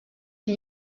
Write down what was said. die